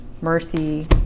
mercy